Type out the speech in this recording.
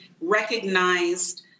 recognized